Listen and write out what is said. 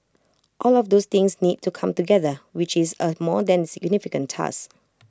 all of those things need to come together which is A more than significant task